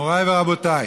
מוריי ורבותיי,